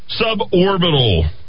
suborbital